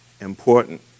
important